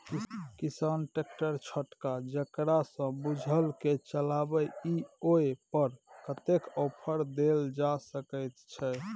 किसान ट्रैक्टर छोटका जेकरा सौ बुईल के चलबे इ ओय पर कतेक ऑफर दैल जा सकेत छै?